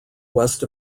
west